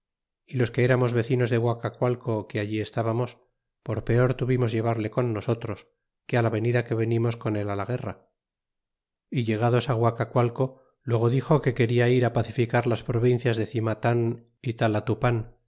y los que eramos vecinos de guacacualco que allí estábamos por peor tuvimos llevarle con nosotros que á la venida que venimos con él la guerra y llegados guacacualco luego dixo que quena ir pacificar las provincias de cimatan y